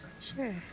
sure